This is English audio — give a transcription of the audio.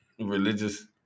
Religious